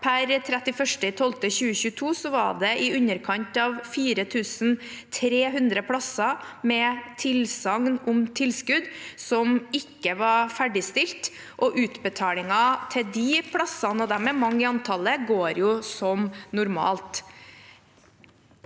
desember 2022 var det i underkant av 4 300 plasser med tilsagn om tilskudd som ikke var ferdigstilt, og utbetalingen til de plassene – og de er mange i antall – går jo som normalt.